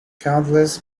countless